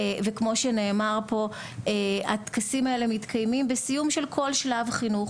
וכמו שנאמר פה הטקסים האלה מתקיימים בסיום של כל שלב חינוך,